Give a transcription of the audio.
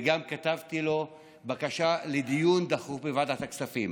וגם כתבתי לו בקשה לדיון דחוף בוועדת הכספים.